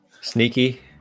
sneaky